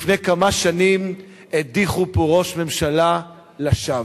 לפני כמה שנים הדיחו פה ראש ממשלה לשווא.